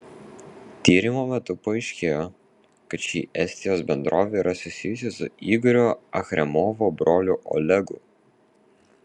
tyrimo metu paaiškėjo kad ši estijos bendrovė yra susijusi su igorio achremovo broliu olegu